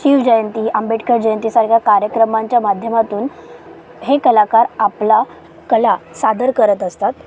शिवजयंती आंबेडकर जयंतीसारख्या कार्यक्रमांच्या माध्यमातून हे कलाकार आपला कला सादर करत असतात